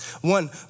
One